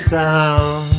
down